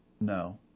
No